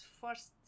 first